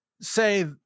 say